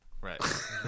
Right